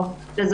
או לא,